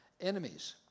enemies